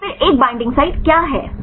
तो फिर एक बईंडिंग साइट क्या है